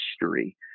history